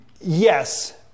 Yes